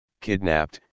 kidnapped